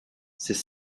c’est